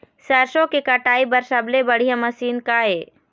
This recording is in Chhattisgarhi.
सरसों के कटाई बर सबले बढ़िया मशीन का ये?